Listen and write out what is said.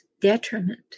detriment